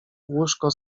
łóżko